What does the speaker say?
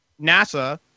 NASA